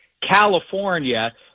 California